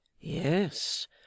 Yes